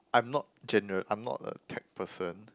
I'm not gene~ I'm not a tech person